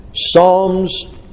Psalms